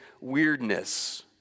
weirdness